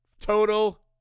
total